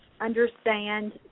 understand